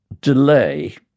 delay